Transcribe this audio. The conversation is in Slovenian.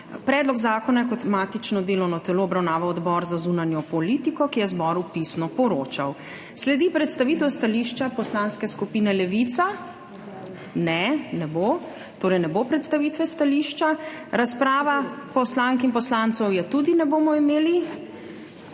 Predlog zakona je kot matično delovno telo obravnaval Odbor za zunanjo politiko, ki je zboru pisno poročal. Sledi predstavitev stališča Poslanske skupine Levica? Ne. Torej, ne bo predstavitve stališča. Razprava poslank in poslancev? Je tudi ne bomo imeli,